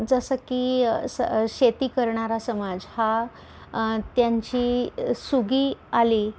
जसं की स शेती करणारा समाज हा त्यांची सुगी आली